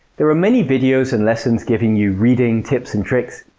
there are many videos and lessons giving you reading tips and tricks,